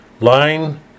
Line